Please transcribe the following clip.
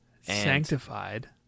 Sanctified